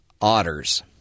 otters